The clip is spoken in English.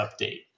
update